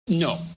No